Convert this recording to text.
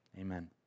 Amen